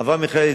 אברהם מיכאלי,